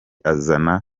azana